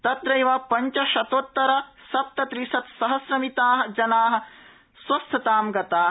तत्रैव पंचशतोत्तर सप्तत्रिशत्सहस्रमिताः जनाः स्वस्थताम् गताः